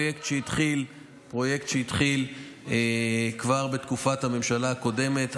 יש פרויקט שהתחיל כבר בתקופת הממשלה הקודמת,